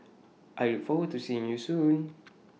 I look forward to seeing you soon